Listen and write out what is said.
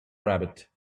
rabbit